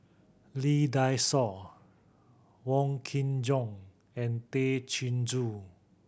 Lee Dai Soh Wong Kin Jong and Tay Chin Joo